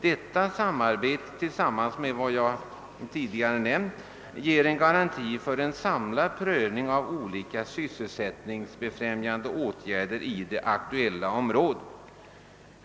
Detta samarbete tillsammans med vad jag tidigare nämnt ger en garanti för en samlad prövning av olika sysselsättningsbefrämjande åtgärder i det aktuella området.